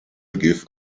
give